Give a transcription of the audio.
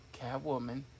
Catwoman